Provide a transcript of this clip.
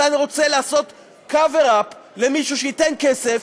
אתה רוצה לעשות cover up למישהו שייתן כסף,